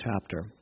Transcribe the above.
chapter